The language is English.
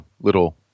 little